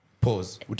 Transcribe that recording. pause